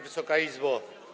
Wysoka Izbo!